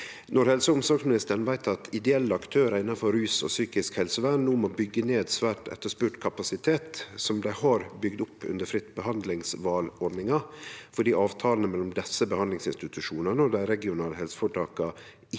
helse- og omsorgsministeren veit at ideelle aktørar innanfor rus og psykisk helsevern no må bygge ned svært etterspurt kapasitet som dei har bygd opp under fritt behandlingsval-ordninga, fordi avtalane mellom desse behandlingsinstitusjonane og dei regionale helseforetaka